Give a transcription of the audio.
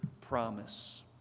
promise